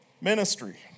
ministry